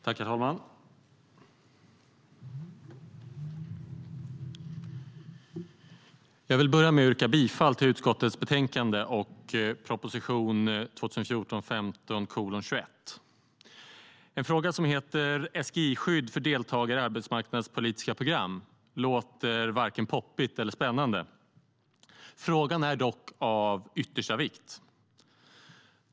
Herr talman! Jag vill börja med att yrka bifall till utskottets förslag i betänkandet och proposition 2014/15:21. Ett betänkande som heter SGI-skydd för deltagare i arbetsmarknadspolitiska program låter varken poppigt eller spännande. Frågan är dock av yttersta vikt.